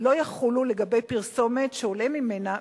לא יחולו לגבי פרסומת שעולה ממנה,